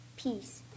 Peace